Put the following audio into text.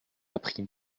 appris